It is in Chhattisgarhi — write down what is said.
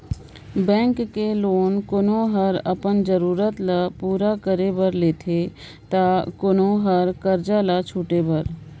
बेंक ले लोन कोनो हर अपन जरूरत ल पूरा करे बर लेथे ता कोलो हर करजा ल छुटे बर